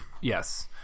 Yes